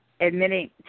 admitting